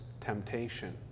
temptation